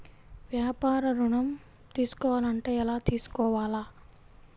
వ్యాపార ఋణం తీసుకోవాలంటే ఎలా తీసుకోవాలా?